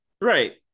Right